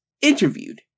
interviewed